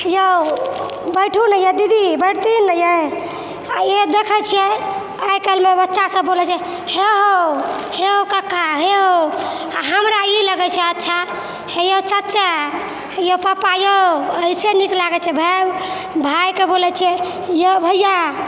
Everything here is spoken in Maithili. यौ बैठु ने ये दीदी बैठथिन ने ये आ देखै छियै आइ काल्हिमे बच्चा सभ बोलै छै हे हो हे हो कक्का हे हो आ हमरा ई लगै छै अच्छा हे यौ चचा हे यौ पपा यौ ओहिसँ नीक लागै छै भाइ भाइके बोलै छियै यौ भय्या